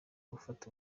gufata